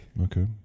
Okay